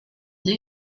des